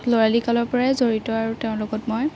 ল'ৰালি কালৰ পৰাই জড়িত আৰু তেওঁৰ লগত মই